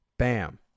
Bam